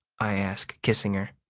i ask, kissing her.